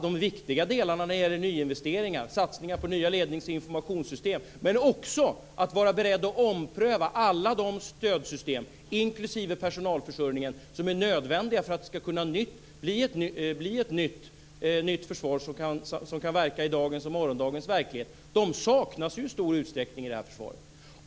De viktiga delarna när det gäller nyinvesteringar, satsningar på nya lednings och informationssystem, men också på att vara beredd att ompröva alla de stödsystem, inklusive personalförsörjningen, som är nödvändiga för att det ska kunna bli ett nytt försvar som kan verka i dagens och morgondagens verklighet saknas ju i stor utsträckning i det här förslaget.